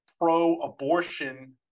pro-abortion